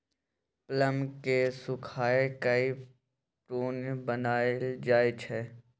plum केँ सुखाए कए प्रुन बनाएल जाइ छै